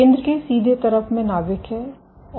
केंद्र के सीधे तरफ में नाभिक है और यह बहुत कम जगह लेता है